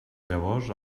llavors